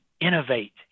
innovate